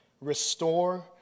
restore